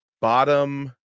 bottom